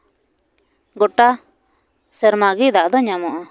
ᱜᱚᱴᱟ ᱥᱮᱨᱢᱟ ᱜᱮ ᱫᱟᱜ ᱫᱚ ᱧᱟᱢᱚᱜᱼᱟ